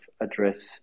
address